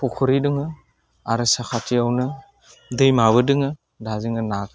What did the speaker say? फुख्रि दङ आरो साखाथियावनो दैमाबो दङ दा जोङो नाखौ